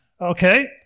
Okay